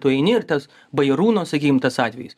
tu eini ir tas bajarūno sakym tas atvejis